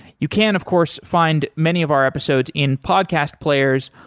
you can of course find many of our episodes in podcast players,